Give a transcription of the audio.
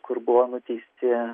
kur buvo nuteisti